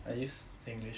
I use singlish